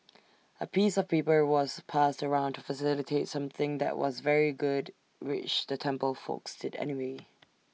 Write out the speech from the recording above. A piece of paper was passed around to facilitate something that was very good which the temple folks did anyway